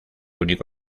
único